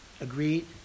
agreed